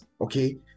Okay